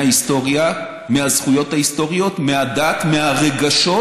מההיסטוריה, מהזכויות ההיסטוריות, מהדת, מהרגשות,